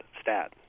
stat